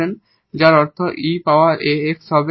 যার অর্থ e power ax হবে